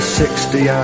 sixty